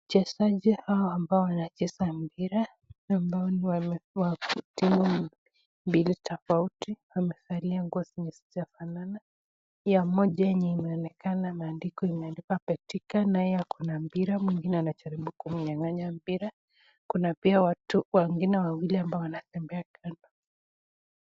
Wachezaji hawa ambao wanacheza mpira ambao ni wa timu mbili tofauti ,wamevalia nguo zenye hazijafanana ,iyo moja yenye imeonekana maandiko imeandikwa betika naye ako na mpira mwingine anajaribu kumnyanganya mpira ,kuna pia watu wengine wawili ambao wanatembea kando.